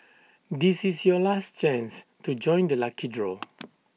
this is your last chance to join the lucky draw